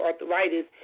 arthritis